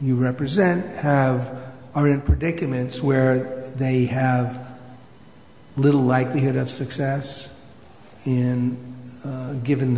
you represent have are in predicaments where they have little likelihood of success in given